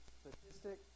statistic